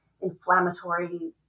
inflammatory